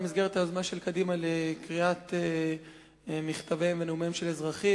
במסגרת היוזמה של קדימה לקריאת מכתביהם של אזרחים,